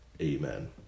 Amen